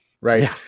right